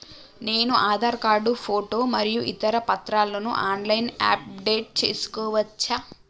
నేను Aadhaar card photo మరియు ఇతర పత్రాలను ఆన్ లైన్ అప్ డెట్ చేసుకోవచ్చా?